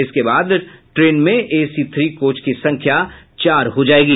इसके बाद ट्रेन में एसी थ्री कोच की संख्या चार हो जायेगी